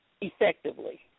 effectively